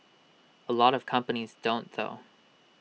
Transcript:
A lot of companies don't though